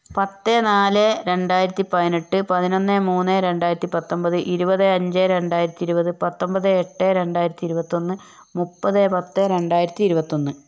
പത്ത് നാല് രണ്ടായിരത്തി പതിനെട്ട് പതിനൊന്ന് മൂന്ന് രണ്ടായിരത്തി പത്തൊൻപത് ഇരുപത് അഞ്ച് രണ്ടായിരത്തി ഇരുപത് പത്തൊൻപത് എട്ട് രണ്ടായിരത്തി ഇരുപത്തിയൊന്ന് മുപ്പത് പത്ത് രണ്ടായിരത്തി ഇരുപത്തിയൊന്ന്